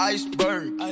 Iceberg